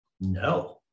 No